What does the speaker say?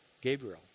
Gabriel